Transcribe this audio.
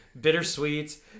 bittersweet